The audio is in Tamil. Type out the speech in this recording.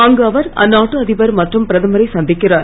அங்கு அவர் அந்நாட்டு அதிபர் மற்றும் பிரதமரை சந்திக்கிறார்